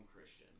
Christian